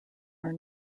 are